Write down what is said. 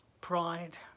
Pride